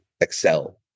excel